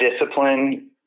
discipline